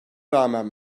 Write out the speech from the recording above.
rağmen